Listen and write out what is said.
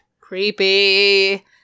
Creepy